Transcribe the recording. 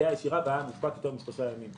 פגיעה ישירה והיה מושבת יותר משלושה ימים.